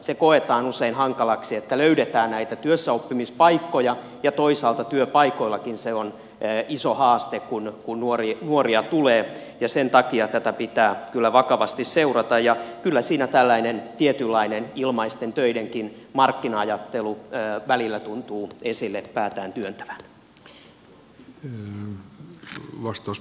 se koetaan usein hankalaksi että löydetään näitä työssäoppimispaikkoja ja toisaalta työpaikoillakin se on iso haaste kun nuoria tulee ja sen takia tätä pitää kyllä vakavasti seurata ja kyllä siinä tällainen tietynlainen ilmaisten töiden markkina ajattelukin välillä tuntuu esille päätään työntävän